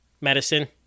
medicine